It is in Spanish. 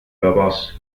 capaz